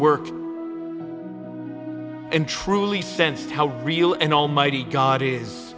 work and truly sensed how real and almighty god is